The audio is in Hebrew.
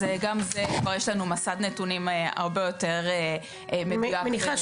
אז גם זה כבר יש לנו מסד נתונים הרבה יותר מדויק ונרחב.